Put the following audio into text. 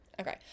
Okay